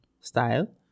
style